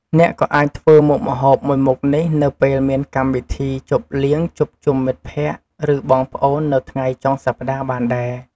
អ្នកក៏អាចធ្វើមុខម្ហូបមួយមុខនេះនៅពេលមានកម្មវិធីជប់លៀងជួបជុំមិត្តភក្តិ ឬបងប្អូននៅថ្ងៃចុងសប្តាហ៍បានដែរ។